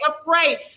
afraid